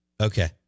Okay